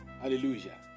Hallelujah